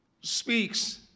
speaks